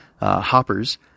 Hoppers